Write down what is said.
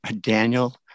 Daniel